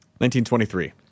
1923